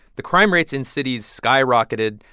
the crime rates in cities skyrocketed.